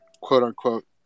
quote-unquote